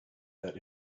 that